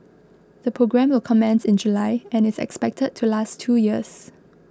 the programme will commence in July and is expected to last two years